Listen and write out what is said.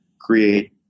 create